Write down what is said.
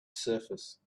surface